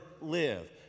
live